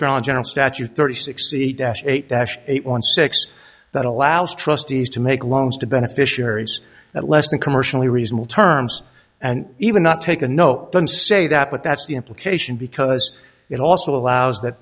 korean general statute thirty six the dash eight dash eight one six that allows trustees to make loans to beneficiaries at less than commercially reasonable terms and even not take a no don't say that but that's the implication because it also allows that